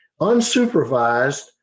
unsupervised